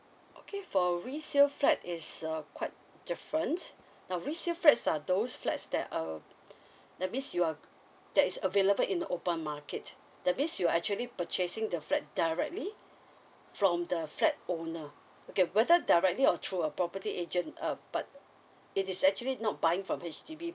okay for resale flat is uh quite different now resale flats are those flats that um that means you are that is available in the open market that means you are actually purchasing the flat directly from the flat owner okay whether directly or through a property agent uh but it is actually not buying from H_D_B